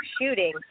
shooting